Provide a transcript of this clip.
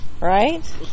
right